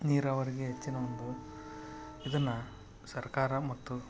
ನೀರಾವರಿಗೆ ಹೆಚ್ಚಿನ ಒಂದು ಇದನ್ನು ಸರ್ಕಾರ ಮತ್ತು